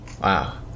wow